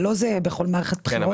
זה לא זהה בכל מערכת בחירות --- אבל,